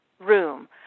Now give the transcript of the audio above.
room